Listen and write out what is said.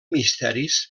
misteris